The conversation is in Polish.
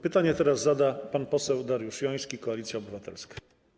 Pytanie zada teraz pan poseł Dariusz Joński, Koalicja Obywatelska.